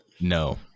no